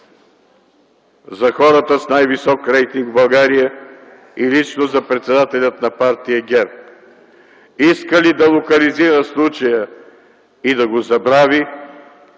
за хората с най-висок рейтинг в България и лично за председателя на партия ГЕРБ – иска ли да локализира случая и да го забрави,